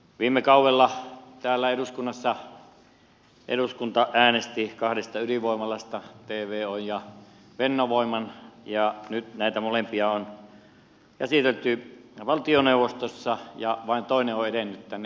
viime kaudella täällä eduskunta äänesti kahdesta ydinvoimalasta tvon ja fennovoiman ja nyt näitä molempia on käsitelty valtioneuvostossa ja vain toinen on edennyt tänne eduskuntaan